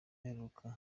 iheruka